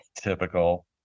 Typical